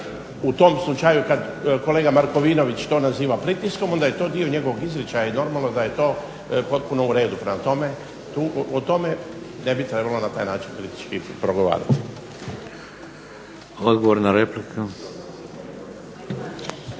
u tom slučaju, kad kolega Markovinović to naziva pritiskom, onda je to dio njegovog izričaja i normalno da je to potpuno u redu. Prema tome o tome ne bi trebalo na taj način kritički progovarati. **Šeks,